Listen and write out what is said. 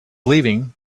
leaving